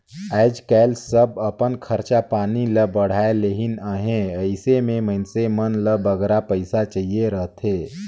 आएज काएल सब अपन खरचा पानी ल बढ़ाए लेहिन अहें अइसे में मइनसे मन ल बगरा पइसा चाहिए रहथे